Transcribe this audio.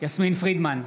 יסמין פרידמן,